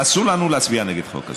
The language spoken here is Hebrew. אסור לנו להצביע נגד חוק כזה.